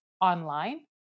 online